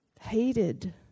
hated